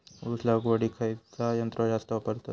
ऊस लावडीक खयचा यंत्र जास्त वापरतत?